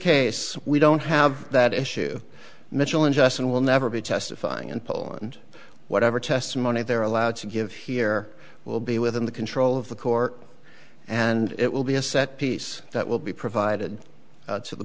case we don't have that issue mitchell unjust and will never be testifying and poland whatever testimony they're allowed to give here will be within the control of the court and it will be a set piece that will be provided to the